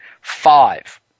five